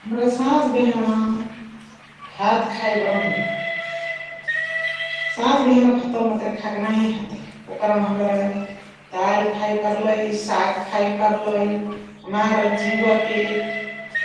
हमरा साझ बिहान भात खइ बणहु । साझ बिहान भातवा मतरे नही हतइ ओकरा मा हमरा दल खाय पर्लइ, साअग खाय पर्लइ, हमर जिउवा के